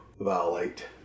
violate